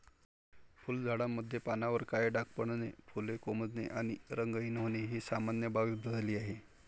फुलझाडांमध्ये पानांवर काळे डाग पडणे, फुले कोमेजणे आणि रंगहीन होणे ही सामान्य बाब झाली आहे